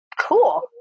cool